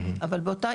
אבל באותה,